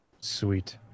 Sweet